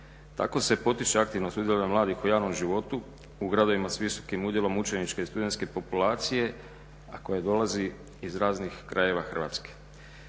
Tako se potiče aktivno sudjelovanje mladih u javnom životu u gradovima s visokim udjelom učeničke i studentske populacije, a koja dolazi iz raznih krajeva Hrvatske.